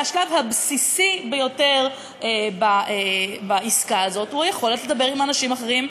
השלב הבסיסי ביותר בעסקה הזאת הוא היכולת לדבר עם אנשים אחרים,